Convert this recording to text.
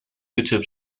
youtube